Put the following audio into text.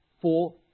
four